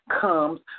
comes